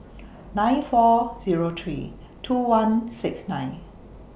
nine four Zero three two one six nine